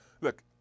Look